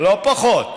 לא פחות,